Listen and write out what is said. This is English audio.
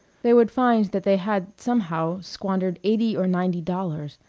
they would find that they had, somehow, squandered eighty or ninety dollars,